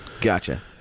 Gotcha